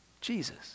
Jesus